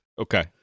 okay